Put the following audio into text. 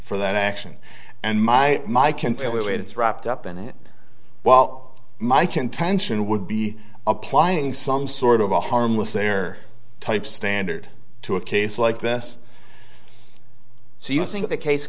for that action and my my can tell when it's wrapped up in it well my contention would be applying some sort of a harmless error type standard to a case like this so you think the case